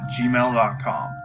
gmail.com